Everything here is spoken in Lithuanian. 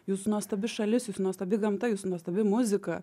jūsų nuostabi šalis jūsų nuostabi gamta jūsų nuostabi muzika